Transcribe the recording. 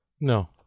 no